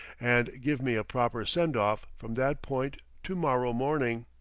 and give me a proper send-off from that point to-morrow morning.